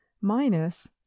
minus